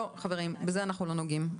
להקדים את